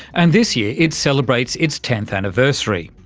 and this year it celebrates its tenth anniversary.